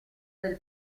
del